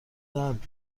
درد